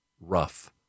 rough